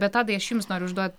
bet tadai aš jums noriu užduot